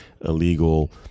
illegal